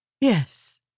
Yes